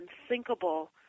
unthinkable